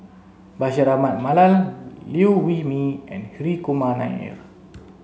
Bashir Ahmad Mallal Liew Wee Mee and Hri Kumar Nair